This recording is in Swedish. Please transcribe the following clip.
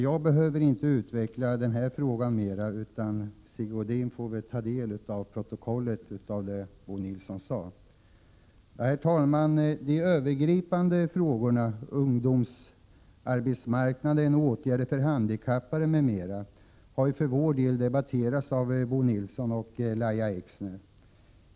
Jag behöver inte utveckla den här frågan mer, utan Sigge Godin får genom protokollet ta del av det Bo Nilsson sade. Herr talman! De övergripande frågorna, ungdomsarbetsmarknaden, åtgärder för handikappade m.m., har för vår del debatterats av Bo Nilsson och Lahja Exner.